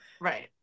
Right